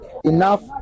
Enough